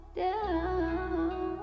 down